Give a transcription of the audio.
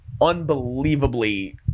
unbelievably